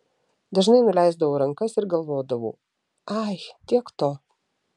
dažnai nuleisdavau rankas ir galvodavau ai tiek to